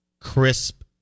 crisp